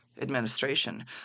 administration